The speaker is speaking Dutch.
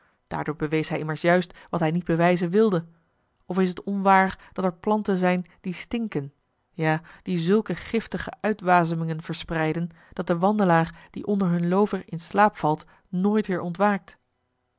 daardoor bewees hij immers juist wat hij niet bewijzen wilde of is t onwaar dat er planten zijn die stinken ja die zulke giftige uitwasemingen verspreiden dat de wandelaar die onder hun loover in slaap valt nooit weer ontwaakt